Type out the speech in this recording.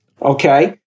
Okay